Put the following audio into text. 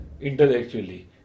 intellectually